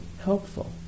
helpful